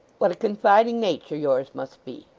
what a confiding nature yours must be